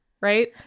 right